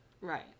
right